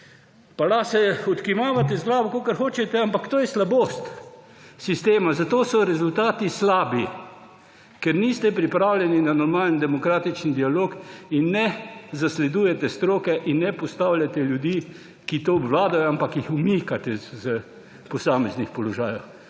Pa lahko odkimavate z glavo, kakor hočete, ampak to je slabost sistema. Zato so rezultati slabi, ker niste pripravljeni na normalen demokratičen dialog in ne zasledujete stroke in ne postavljate ljudi, ki to obvladajo, ampak jih umikate s posameznih položajev.